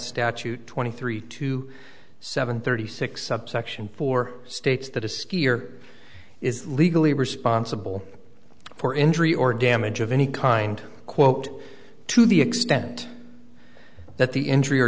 statute twenty three two seven thirty six subsection four states that a skier is legally responsible for injury or damage of any kind quote to the extent that the injury or